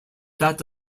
that